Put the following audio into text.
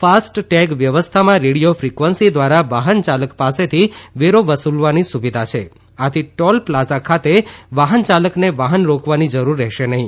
FASTag વ્યવસ્થામાં radio frequency દ્વારા વાહન ચાલક પાસેથી વેરો વસૂલવાની સુવિધા છે આથી ટોલ પ્લાઝા ખાતે વાહન ચાલકને વાહન રોકવાની જરુર રહેશે નહિ